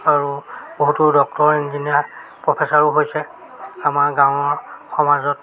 আৰু বহুতো doctor engineer প্ৰফেচাৰো হৈছে আমাৰ গাঁৱৰ সমাজত